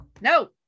no